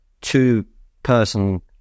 two-person